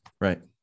right